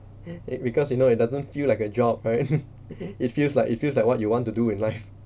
because you know it doesn't feel like a job right it feels like it feels like what you want to do in life